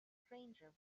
stranger